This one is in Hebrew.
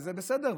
וזה בסדר,